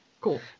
cool